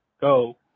go